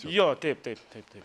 jo taip taip taip taip